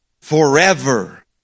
forever